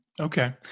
okay